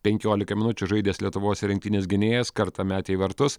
penkiolika minučių žaidęs lietuvos rinktinės gynėjas kartą metė į vartus